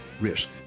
risk